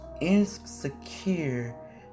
insecure